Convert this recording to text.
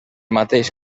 mateix